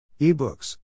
ebooks